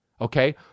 Okay